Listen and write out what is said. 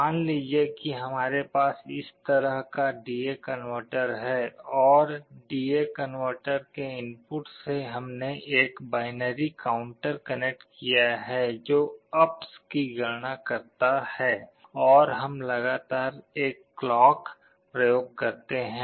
मान लीजिए कि हमारे पास इस तरह का डी ए कनवर्टर है और डी ए कनवर्टर के इनपुट से हमने एक बाइनरी काउंटर कनेक्ट किया है जो अप्स की गणना करता है और हम लगातार एक क्लॉक प्रयोग करते हैं